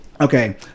Okay